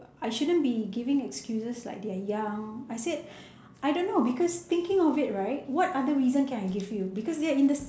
I shouldn't be giving excuses like they are young I said I don't know because thinking of it right what other reason can I give you because they are in the